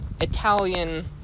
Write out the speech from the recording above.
Italian